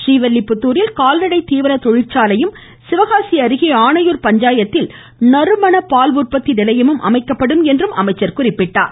ரரீவில்லிபுத்தூரில் கால்நடை தீவன தொழிற்சாலையும் சிவகாசி அருகே ஆணையூர் பஞ்சாயத்தில் நறுமண பால் உற்பத்தி நிலையமும் அமைக்கப்படும் என்றார்